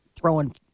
throwing